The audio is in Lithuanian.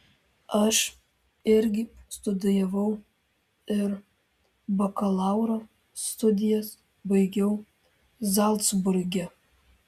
aš irgi studijavau ir bakalauro studijas baigiau zalcburge